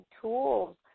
tools